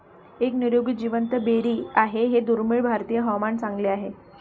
एक निरोगी जिवंत बेरी आहे हे दुर्मिळ भारतीय हवामान चांगले आहे